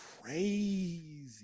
crazy